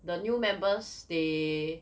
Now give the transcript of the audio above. the new members they